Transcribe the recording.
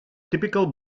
typical